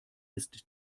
ist